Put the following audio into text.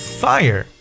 fire